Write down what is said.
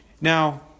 Now